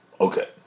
Okay